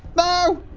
no!